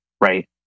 right